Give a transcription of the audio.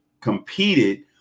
competed